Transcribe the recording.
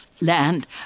land